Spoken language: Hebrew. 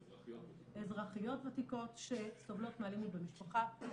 אזרחיות ותיקות שסובלות מאלימות במשפחה.